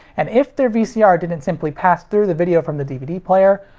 and if their vcr didn't simply pass-through the video from the dvd player,